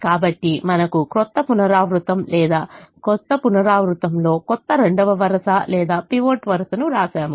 కాబట్టి మనకు క్రొత్త పునరావృతం లేదా కొత్త పునరావృతంలో కొత్త రెండవ వరుస లేదా పైవట్ వరుసను వ్రాశాము